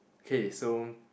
K so